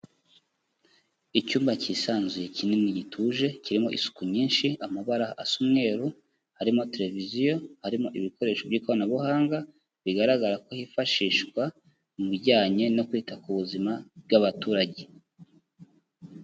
Icyumba cyisanzuye kinini gituje, kirimo isuku nyinshi, amabara asa umweru, harimo televiziyo, harimo ibikoresho by'ikoranabuhanga, bigaragara ko hifashishwa mu bijyanye no kwita ku buzima bw'abaturage.